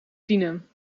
tienen